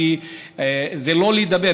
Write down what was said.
כי זה לא לדבר.